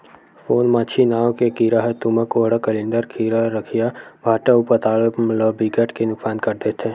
सोन मांछी नांव के कीरा ह तुमा, कोहड़ा, कलिंदर, खीरा, रखिया, भांटा अउ पताल ल बिकट के नुकसान कर देथे